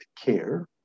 care